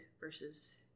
versus